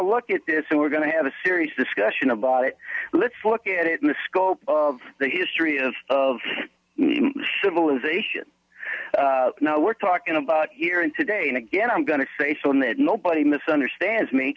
look at this and we're going to have a serious discussion about it let's look at it in the scope of the history of of civilization now we're talking about here and today and again i'm going to say so in that nobody misunderstands me